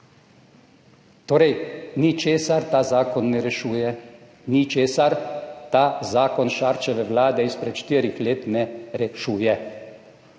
Torej, ničesar ta zakon ne rešuje. Ničesar ta zakon Šarčeve vlade izpred štirih let ne rešuje.